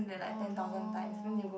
oh no